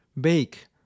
bake